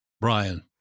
Brian